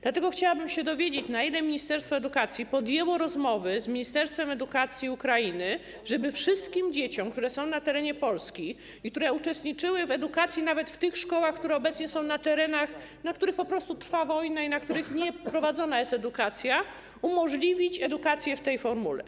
Dlatego chciałabym się dowiedzieć, na ile ministerstwo edukacji podjęło rozmowy z ministerstwem edukacji Ukrainy, żeby wszystkim dzieciom, które są na terenie Polski i które uczestniczyły w edukacji nawet w tych szkołach, które obecnie są na terenach, na których po prostu trwa wojna i na których nieprowadzona jest edukacja, umożliwić edukację w tej formule.